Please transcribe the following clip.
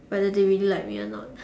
what the day we look like we are not